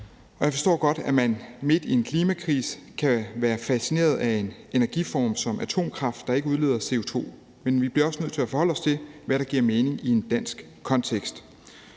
Jeg forstår godt, at man midt i en klimakrise kan være fascineret af en energiform som atomkraft, der ikke udleder CO2, men vi bliver også nødt til at forholde os til, hvad der giver mening i en dansk kontekst.